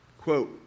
quote